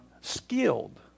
skilled